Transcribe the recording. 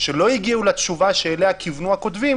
לא הגיעו לתשובה שאליה כיוונו הכותבים,